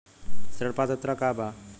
ऋण पात्रता का बा?